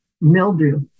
mildew